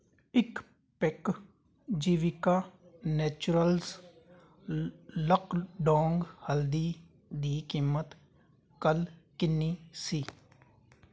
ਇੱਕ pack Jivika Naturals Lakadong ਹਲਦੀ ਦੀ ਕੀਮਤ ਕੱਲ੍ਹ ਕਿੰਨੀ ਸੀ